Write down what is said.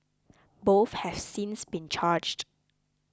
both has since been charged